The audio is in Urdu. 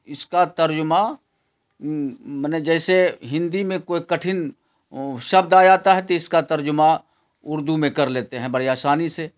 اس کا ترجمہ منے جیسے ہندی میں کوئی کٹھن شبد آ جاتا ہے تو اس کا ترجمہ اردو میں کر لیتے ہیں بڑی آسانی سے